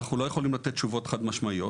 ואנחנו לא יכולים לתת תשובות חד משמעיות.